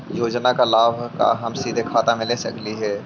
योजना का लाभ का हम सीधे खाता में ले सकली ही?